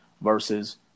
versus